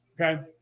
okay